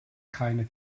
keine